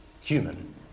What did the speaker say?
human